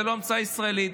זו לא המצאה ישראלית,